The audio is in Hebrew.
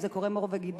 האם זה קורם עור וגידים?